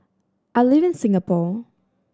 I live in Singapore